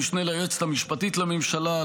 המשנה ליועצת המשפטית לממשלה,